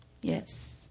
Yes